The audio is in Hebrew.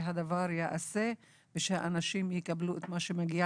שהדבר ייעשה ושאנשים יקבלו את מה שמגיע